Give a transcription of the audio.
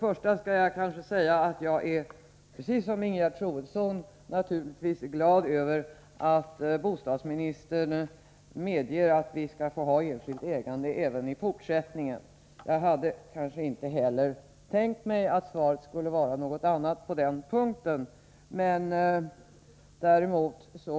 Jag skall kanske säga att jag, precis som Ingegerd Troedsson, naturligtvis är glad över att bostadsministern medger att vi även i fortsättningen skall få ha enskilt ägande av fastigheter. Jag hade kanske inte heller tänkt mig att svaret på den punkten skulle bli annorlunda.